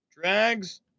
Drags